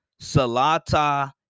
Salata